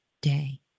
day